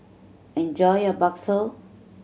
enjoy your bakso